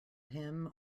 him